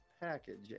package